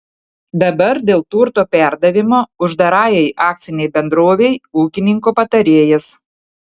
dabar dėl turto perdavimo uždarajai akcinei bendrovei ūkininko patarėjas